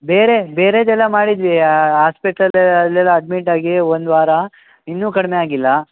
ಬೇರೆ ಬೇರೆಯದೆಲ್ಲ ಮಾಡಿದ್ವಿ ಹಾಸ್ಪಿಟಲ್ ಅಲ್ಲೆಲ್ಲ ಅಡ್ಮಿಟ್ಟಾಗಿ ಒಂದು ವಾರ ಇನ್ನೂ ಕಡಿಮೆ ಆಗಿಲ್ಲ